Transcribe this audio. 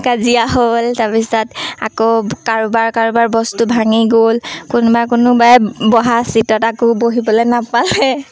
কাজিয়া হ'ল তাৰপিছত আকৌ কাৰোবাৰ কাৰোবাৰ বস্তু ভাঙি গ'ল কোনোবা কোনোবাই বহা চীটত আকৌ বহিবলৈ নাপালে